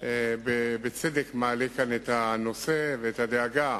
אתה בצדק מעלה כאן את הנושא ואת הדאגה